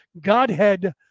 Godhead